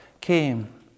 came